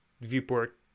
viewport